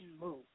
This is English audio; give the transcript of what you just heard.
move